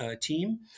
team